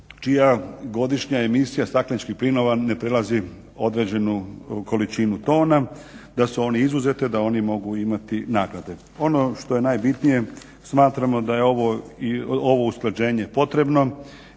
čija godišnja emisija stakleničkih plinova ne prelazi određenu količinu tona. Da su oni izuzete, da oni mogu imati naknade. Ono što je najbitnije, smatramo da je ovo usklađenje potrebno